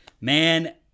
Man